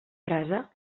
brasa